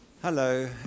Hello